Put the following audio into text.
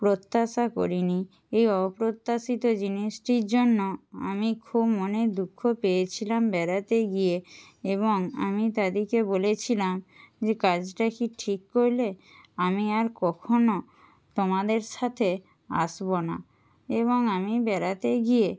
প্রত্যাশা করিনি এই অপ্রত্যাশিত জিনিসটির জন্য আমি খুব মনে দুঃখ পেয়েছিলাম বেড়াতে গিয়ে এবং আমি তাদেরকে বলেছিলাম যে কাজটা কি ঠিক করলে আমি আর কখনও তোমাদের সাথে আসবো না এবং আমি বেড়াতে গিয়ে